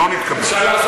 לא נתקבלו.